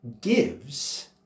gives